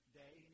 day